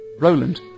Roland